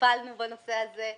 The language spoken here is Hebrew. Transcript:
התקפלנו בנושא הזה.